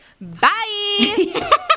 Bye